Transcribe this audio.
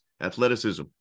athleticism